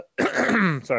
sorry